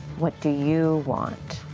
what do you want?